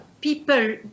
people